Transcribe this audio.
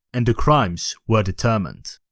and the crimes were determined.